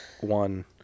one